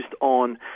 on